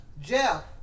Jeff